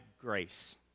grace